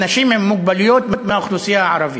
אנשים עם מוגבלויות מהאוכלוסייה הערבית.